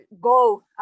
go